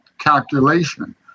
calculation